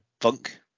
funk